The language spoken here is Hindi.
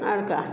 और क्या